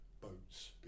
boats